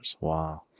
Wow